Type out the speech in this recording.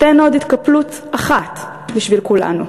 תן עוד התקפלות אחת בשביל כולנו.